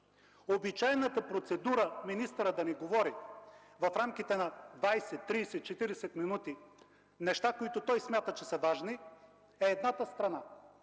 Обичайната процедура министърът да ни говори в рамките на 20-30-40 минути неща, които той смята, че са важни, е едната страна.